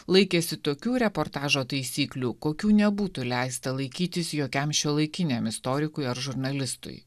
laikėsi tokių reportažo taisyklių kokių nebūtų leista laikytis jokiam šiuolaikiniam istorikui ar žurnalistui